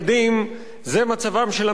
זה מצבם של המגורים,